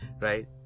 right